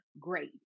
great